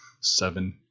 seven